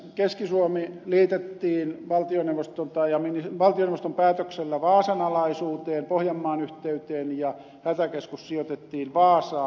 keski suomi liitettiin valtioneuvoston päätöksellä vaasan alaisuuteen pohjanmaan yhteyteen ja hätäkeskus sijoitettiin vaasaan